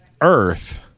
Earth